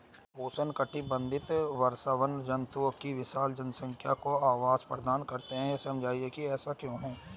उष्णकटिबंधीय वर्षावन जंतुओं की विशाल जनसंख्या को आवास प्रदान करते हैं यह समझाइए कि ऐसा क्यों है?